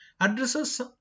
addresses